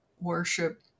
worship